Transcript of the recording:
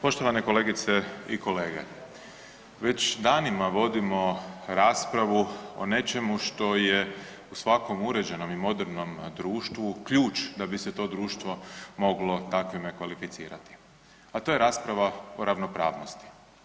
Poštovane kolegice i kolege, već danima vodimo raspravu o nečemu što je u svakom uređenom i modernom društvu ključ da bi se to društvo moglo takvime kvalificirati, a to je rasprava o ravnopravnosti.